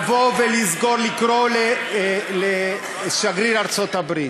לקרוא לשגריר ארצות-הברית,